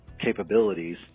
capabilities